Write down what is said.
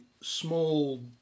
small